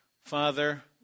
Father